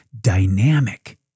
dynamic